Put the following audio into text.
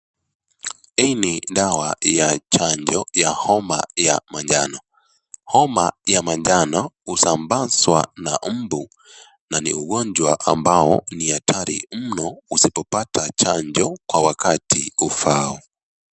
Hii ni dawa ya chanjo ya homa ya manjano. Homa ya manjano husabazwa na mbu na ni ugonjwa ambao ni hatari mno usipopata chanjo kwa wakati ufao.